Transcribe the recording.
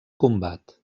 combat